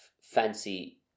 fancy